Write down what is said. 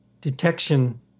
detection